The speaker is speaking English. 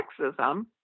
sexism